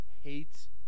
hates